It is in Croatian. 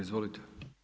Izvolite.